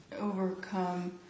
overcome